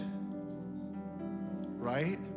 right